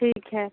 ठीक है